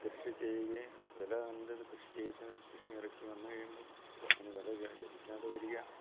കൃഷി ചെയ്യുകയും വില കണ്ടത് കൃഷി ചെയ്ത് കൃഷി ഇറക്കി വന്നു കഴിയുമ്പോൾ അതിന് വില ലഭിക്കാതെ വരിക